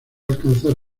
alcanzar